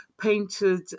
painted